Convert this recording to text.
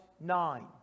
nine